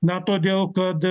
na todėl kad